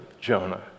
jonah